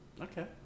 okay